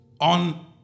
on